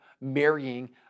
marrying